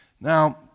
now